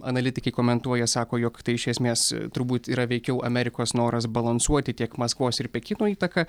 analitikai komentuoja sako jog tai iš esmės turbūt yra veikiau amerikos noras balansuoti tiek maskvos ir pekino įtaką